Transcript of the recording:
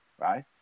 right